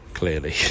clearly